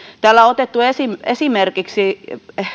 täällä on otettu esimerkiksi esimerkiksi